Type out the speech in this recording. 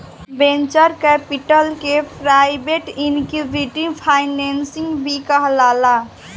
venture capital के private equity financing भी कहाला